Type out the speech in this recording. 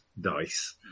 dice